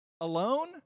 Alone